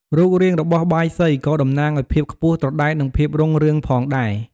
រូបរាងរបស់បាយសីក៏តំណាងឲ្យ ភាពខ្ពស់ត្រដែត និង ភាពរុងរឿង ផងដែរ។